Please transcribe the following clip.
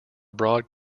broad